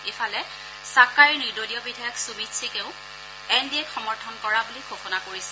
ইফালে চাকাইৰ নিৰ্দলীয় বিধায়ক সুমিত সিঙেও এন ডি এক সমৰ্থন কৰা বুলি ঘোষণা কৰিছে